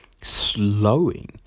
slowing